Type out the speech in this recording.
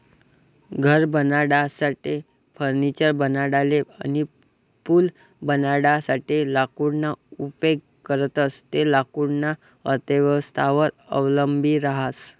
घर बनाडासाठे, फर्निचर बनाडाले अनी पूल बनाडासाठे लाकूडना उपेग करतंस ते लाकूडना अर्थव्यवस्थावर अवलंबी रहास